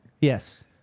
Yes